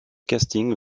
casting